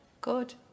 good